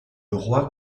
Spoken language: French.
roi